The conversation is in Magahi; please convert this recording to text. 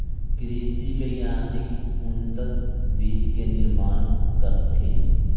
कृषि वैज्ञानिक उन्नत बीज के निर्माण कलथिन